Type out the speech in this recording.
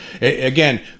again